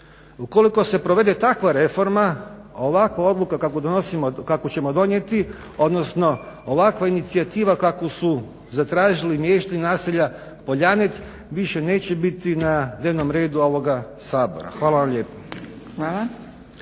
Ukoliko se provede takva reforma, ovakva odluka kakvu donosimo, kakvu ćemo donijeti odnosno ovakva inicijativa kakvu su zatražili mještani naselja Poljanec više neće biti na dnevnom redu ovoga Sabora. Hvala vam lijepo.